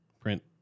print